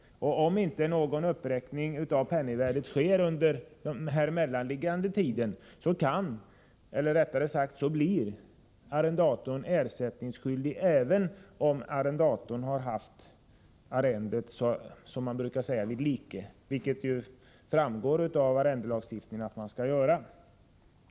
Om uppräkning av penningvärdet inte sker under den mellanliggande perioden, blir arrendatorn ersättningsskyldig även om han har haft arrendet vid like, som man brukar säga. Detta framgår av arrendelagstiftningen.